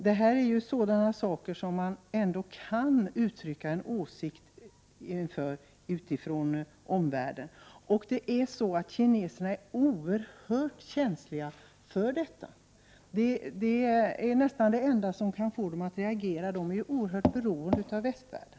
Det här är saker som man från omvärlden ändå kan uttrycka en åsikt om. Kineserna är oerhört känsliga för detta. Det är nästan det enda som kan få dem att reagera — de är oerhört beroende av västvärlden.